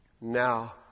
Now